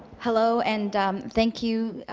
hello, and thank you,